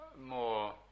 more